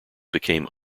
became